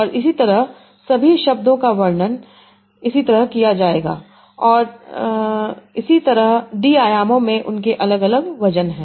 और इसी तरह सभी शब्दों का वर्णन इसी तरह किया जाएगा उसी तरह डी आयामों में उनके अलग अलग वजन हैं